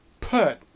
put